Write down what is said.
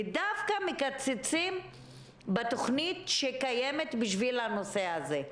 ודווקא מקצצים בתוכנית שקיימת בשביל הנושא הזה.